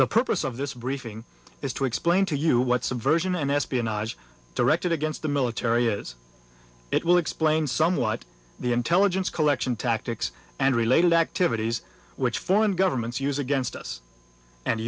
the purpose of this briefing is to explain to you what subversion and espionage directed against the military is it will explain somewhat the intelligence collection tactics and related activities which foreign governments use against us and